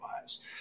lives